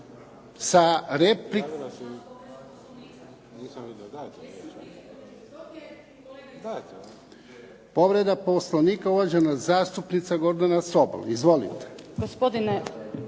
Zahvaljujem. Povreda Poslovnika uvažena zastupnica Gordana Sobol. Izvolite.